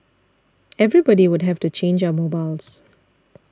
everybody would have to change our mobiles